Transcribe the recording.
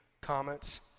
comments